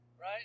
right